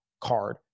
card